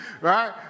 Right